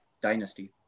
dynasty